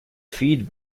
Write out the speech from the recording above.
feed